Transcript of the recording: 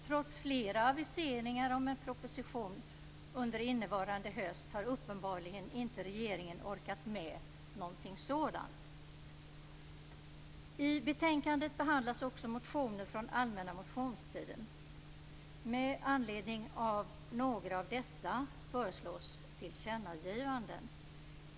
Trots flera aviseringar om en proposition under innevarande höst har uppenbarligen inte regeringen orkat med något sådant. I betänkandet behandlas också motioner från allmänna motionstiden. Med anledning av några av dessa föreslås tillkännagivanden.